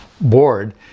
board